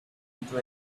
into